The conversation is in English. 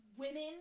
Women